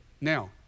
Now